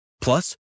Plus